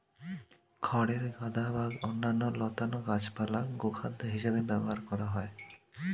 খড়ের গাদা বা অন্যান্য লতানো গাছপালা গোখাদ্য হিসেবে ব্যবহার করা হয়